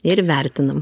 ir vertinam